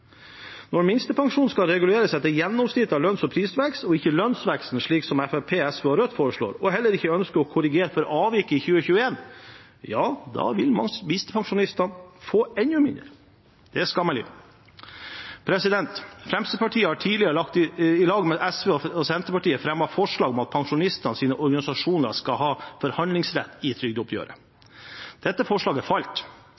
Når minstepensjonen skal reguleres etter gjennomsnitt av lønns- og prisvekst og ikke lønnsveksten, slik som Fremskrittspartiet, SV og Rødt foreslår, og man heller ikke ønsker å korrigere for avviket i 2021 – ja, da vil minstepensjonistene få enda mindre. Det er skammelig. Fremskrittspartiet har tidligere sammen med SV og Senterpartiet fremmet forslag om at pensjonistenes organisasjoner skal ha forhandlingsrett i